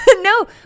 No